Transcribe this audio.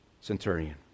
centurion